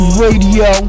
radio